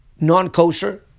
non-kosher